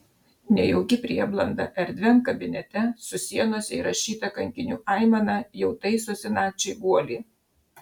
nejauki prieblanda erdviam kabinete su sienose įrašyta kankinių aimana jau taisosi nakčiai guolį